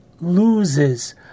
loses